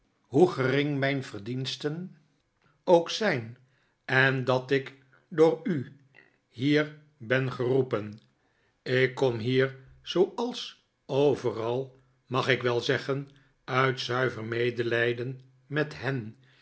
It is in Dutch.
hoe gering mijn verdiensten ook zijn en dat ik door u hier ben geroepen ik kom hier zooals overal mag ik wel zeggen uit zuiver medelijden met hen